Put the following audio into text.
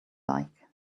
like